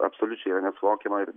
absoliučiai yra nesuvokiama ir